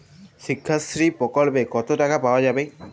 শিক্ষাশ্রী প্রকল্পে কতো টাকা পাওয়া যাবে?